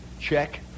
Check